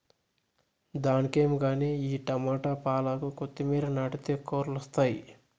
దానికేం గానీ ఈ టమోట, పాలాకు, కొత్తిమీర నాటితే కూరలొస్తాయి